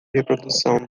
reprodução